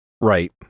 right